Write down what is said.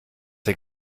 der